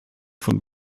von